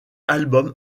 album